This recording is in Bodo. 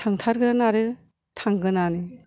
थांथारगोन आरो थांगोनानो